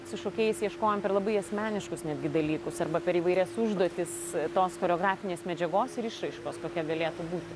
su šokėjais ieškojom per labai asmeniškus netgi dalykus arba per įvairias užduotis tos choreografinės medžiagos ir išraiškos kokia galėtų būti